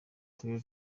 turere